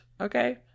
Okay